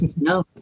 No